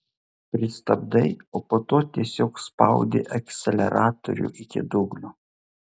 pristabdai o po to tiesiog spaudi akceleratorių iki dugno